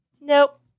nope